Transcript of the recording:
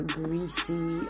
greasy